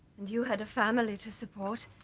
and you had a family to support